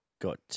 got